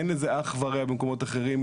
אין לזה אח ורע במקומות אחרים,